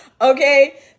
Okay